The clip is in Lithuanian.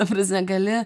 ta prasme gali